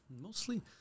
Mostly